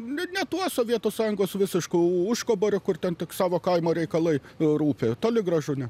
bet ne tuo sovietų sąjungos visišku užkaboriu kur ten tik savo kaimo reikalai rūpi toli gražu ne